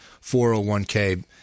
401k